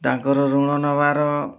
ତାଙ୍କର ଋଣ ନେବାର